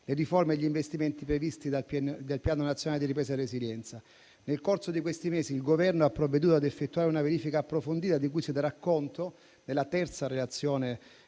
le riforme e gli investimenti previsti dal Piano nazionale di ripresa e resilienza. Nel corso di questi mesi, il Governo ha provveduto a effettuare una verifica approfondita di cui si darà conto nella terza relazione